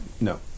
No